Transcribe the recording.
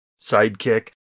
sidekick